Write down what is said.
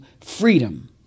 freedom